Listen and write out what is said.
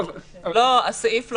לא חדר האוכל, המסעדה במלון.